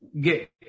get